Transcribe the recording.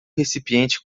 recipiente